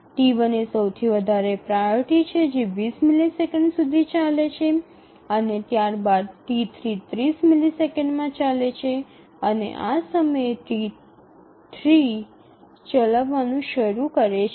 T1 એ સૌથી વધારે પ્રાઓરિટી છે જે ૨0 મિલિસેકંડ સુધી ચાલે છે અને ત્યારબાદ T2 ૩0 મિલિસેકન્ડમાં ચાલે છે અને આ સમયે T3 ચલાવવાનું શરૂ કરી શકે છે